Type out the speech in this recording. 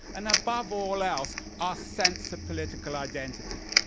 and above all else, our sense of political identity.